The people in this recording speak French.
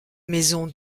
maison